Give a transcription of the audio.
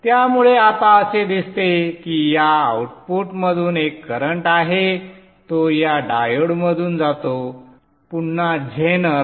त्यामुळे आता असे दिसते की या आउटपुटमधून एक करंट आहे तो या डायोडमधून जातो पुन्हा झेनर